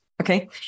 Okay